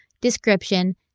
description